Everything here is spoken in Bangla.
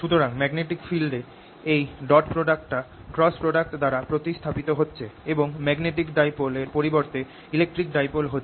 সুতরাং ম্যাগনেটিক ফিল্ড এ এই ডট প্রোডাক্ট টা ক্রস প্রোডাক্ট দ্বারা প্রতিস্থাপিত হচ্ছে এবং ম্যাগনেটিক ডাইপোল এর পরিবর্তে ইলেকট্রিক ডাইপোল হচ্ছে